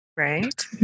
right